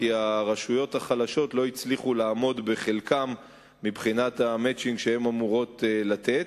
הרשויות החלשות לא הצליחו לעמוד בחלקן מבחינת ה"מצ'ינג" שהן אמורות לתת.